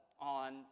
on